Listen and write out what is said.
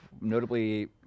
Notably